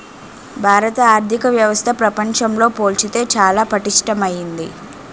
భారత ఆర్థిక వ్యవస్థ ప్రపంచంతో పోల్చితే చాలా పటిష్టమైంది